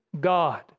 God